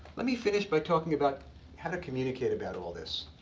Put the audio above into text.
let me finish by talking about how to communicate about all this.